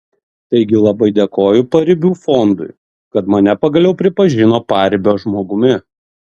taigi labai dėkoju paribių fondui kad mane pagaliau pripažino paribio žmogumi